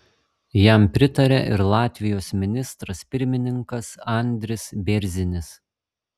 jam pritarė ir latvijos ministras pirmininkas andris bėrzinis